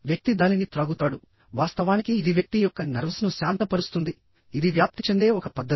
వ్యక్తి దానిని త్రాగుతాడు వాస్తవానికి ఇది వ్యక్తి యొక్క నర్వ్స్ ను శాంతపరుస్తుంది ఇది వ్యాప్తి చెందే ఒక పద్ధతి